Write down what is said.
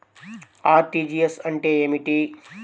RTGS అంటే ఏమిటి?